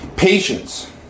Patience